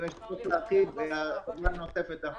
אם צריך להרחיב, אנחנו נרחיב.